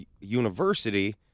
university